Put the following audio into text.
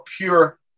pure